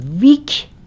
weak